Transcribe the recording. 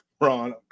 Ron